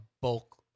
bulk